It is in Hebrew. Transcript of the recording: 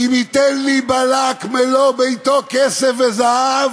"אם יתן לי בלק מלא ביתו כסף וזהב